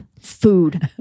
food